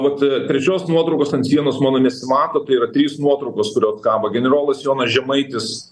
vat prie šios nuotraukos ant sienos mano nesimato tai yra trys nuotraukos kurios kabo generolas jonas žemaitis